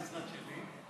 למשרד שלי,